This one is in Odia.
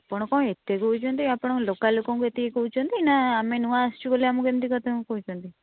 ଆପଣ କ'ଣ ଏତେ କହୁଛନ୍ତି ଆପଣ କ'ଣ ଲୋକାଲ ଲୋକଙ୍କୁ ଏତେ କହୁଛନ୍ତି ନା ଆମେ ନୂଆ ଆସିଛୁ ବୋଲି ଆମକୁ ଏମିତି ଏତେ କହୁଛନ୍ତି